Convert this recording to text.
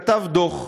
נכתב דוח.